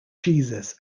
jesus